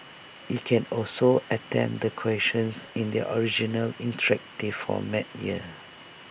you can also attempt the questions in their original interactive format here